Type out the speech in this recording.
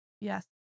Yes